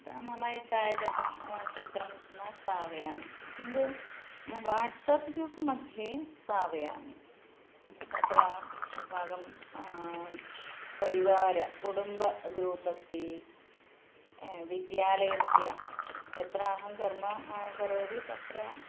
त मयि छायाचित्रं चित्रं न स्थापयामि किन्तु वाट्साप् ग्रूप् मध्ये स्थापयामि तत्र अस्माकं परिवार कुटुम्भ ग्रूप् अस्ति विद्यालयस्य यत्र अहं कर्म करोति तत्र